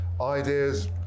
idea's